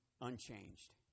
unchanged